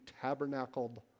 tabernacled